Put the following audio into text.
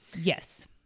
Yes